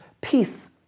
peace